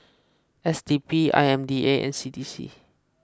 S D P I M D A and C D C